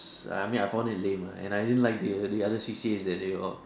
I mean I found it lame lah and I didn't like the the other C_C_A that they all